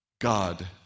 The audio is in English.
God